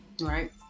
Right